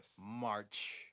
March